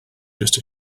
just